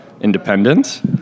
independence